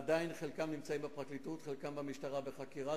עדיין חלקם נמצאים בפרקליטות וחלקם במשטרה בחקירה.